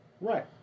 right